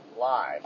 live